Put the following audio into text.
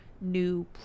new